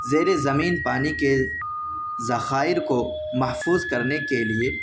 زیر زمین پانی کے ذخائر کو محفوظ کرنے کے لیے